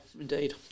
indeed